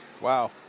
Wow